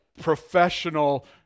professional